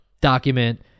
document